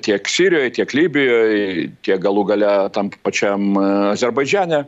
tiek sirijoj tiek libijoj tiek galų gale tam pačiam azerbaidžane